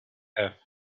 earth